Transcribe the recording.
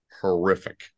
horrific